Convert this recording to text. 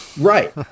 Right